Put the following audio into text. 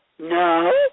No